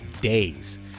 days